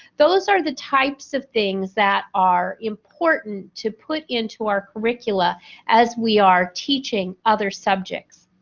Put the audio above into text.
those are the types of things that are important to put into our curricula as we are teaching other subjects.